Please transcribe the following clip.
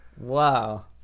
wow